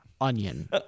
Onion